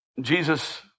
Jesus